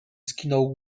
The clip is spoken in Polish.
skinął